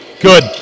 good